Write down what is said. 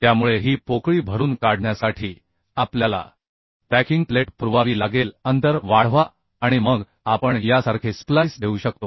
त्यामुळे ही पोकळी भरून काढण्यासाठी आपल्याला पॅकिंग प्लेट पुरवावी लागेल अंतर वाढवा आणि मग आपण यासारखे स्प्लाइस देऊ शकतो